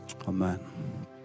Amen